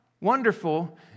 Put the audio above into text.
wonderful